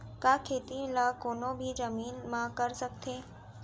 का खेती ला कोनो भी जमीन म कर सकथे?